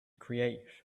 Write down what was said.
create